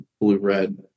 blue-red